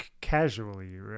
casually